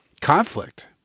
conflict